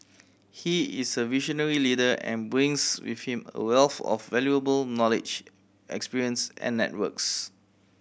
he is a visionary leader and brings with him a wealth of valuable knowledge experience and networks